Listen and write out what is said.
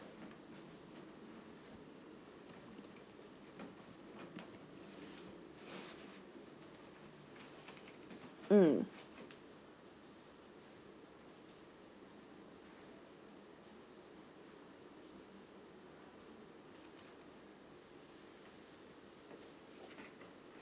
mm